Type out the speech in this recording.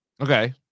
Okay